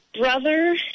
brother